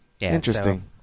interesting